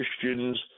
Christians